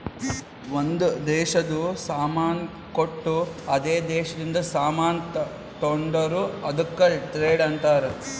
ಒಂದ್ ದೇಶದು ಸಾಮಾನ್ ಕೊಟ್ಟು ಅದೇ ದೇಶದಿಂದ ಸಾಮಾನ್ ತೊಂಡುರ್ ಅದುಕ್ಕ ಟ್ರೇಡ್ ಅಂತಾರ್